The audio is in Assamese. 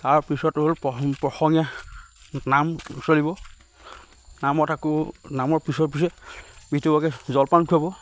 তাৰপিছত হ'ল প্ৰসঙীয়া নাম চলিব নামত আকৌ নামৰ পিছে পিছে পিছে ভিতৰুকৈ জলপান খোৱাব